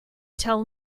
tell